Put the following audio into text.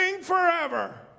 forever